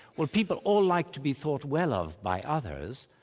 well people all like to be thought well of by others,